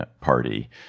Party